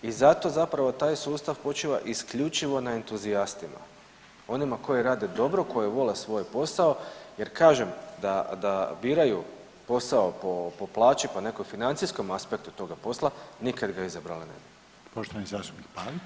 I zato zapravo taj sustav počiva isključivo na entuzijastima, oni koji rade dobro, koji vole svoj posao jer kažem da biraju posao po plaći, po nekom financijskom aspektu toga posla nikad ga izabrali ne bi.